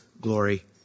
glory